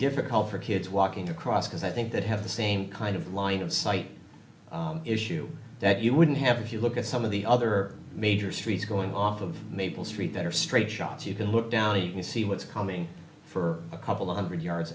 difficult for kids walking to cross because i think that have the same kind of line of sight issue that you wouldn't have if you look at some of the other major streets going off of maple street that are straight shots you can look down and you can see what's coming for a couple of hundred yards